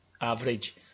average